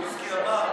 למה לא?